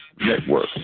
Network